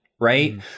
right